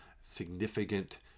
significant